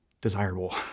desirable